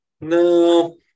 No